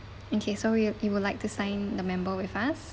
okay so you you would like to sign the member with us